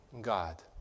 God